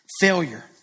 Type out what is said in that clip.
failure